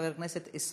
חבר הכנסת אילן גילאון,